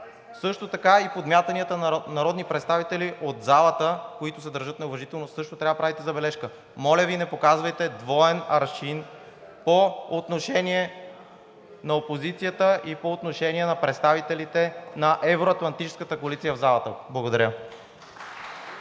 Също така подмятанията на народни представители от залата, които се държат неуважително, също трябва да правите забележка. Моля Ви, не показвайте двоен аршин по отношение на опозицията и по отношение на представителите на евро-атлантическата коалиция в залата. Благодаря.